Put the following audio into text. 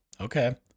Okay